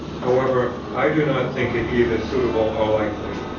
however, i do not think it either suitable or likely.